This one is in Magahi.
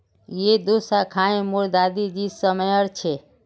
यह दो शाखए मोर दादा जी समयर छे